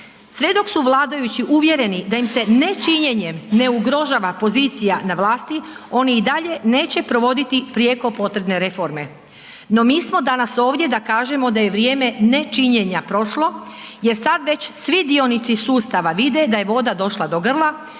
Sve dok su vladajući uvjereni da im se nečinjenjem ne ugrožava pozicija na vlasti, oni i dalje neće provoditi prijeko potrebne reforme no mi smo danas ovdje da kažem da je vrijeme nečinjenja prošlo jer sad već dionici sustava vide da je voda došla do grla,